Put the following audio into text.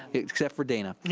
except for dana.